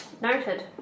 Noted